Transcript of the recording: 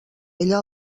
ella